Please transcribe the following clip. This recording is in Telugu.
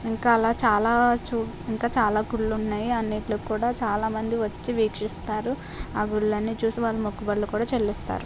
ఇంకా అలా చాలా చు ఇంకా చాలా గుళ్ళు ఉన్నాయి అన్నిట్లకూడా చాలా మంది వచ్చి వీక్షిస్తారు ఆ గుళ్ళన్ని చూసి వాళ్ళ మొక్కుబడులు కూడా చెల్లిస్తారు